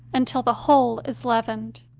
until the whole is leavened.